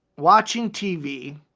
watching tv.